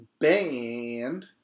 band